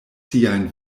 siajn